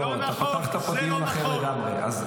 פתחת פה דיון אחר לגמרי.